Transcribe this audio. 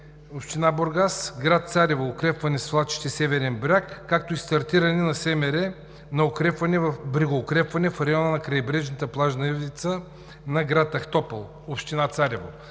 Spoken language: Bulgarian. община Бургас; „Град Царево –укрепване свлачище северен бряг“, както и стартиране на СМР на „Брегоукрепване в района на крайбрежната плажна ивица на град Ахтопол, община Царево“.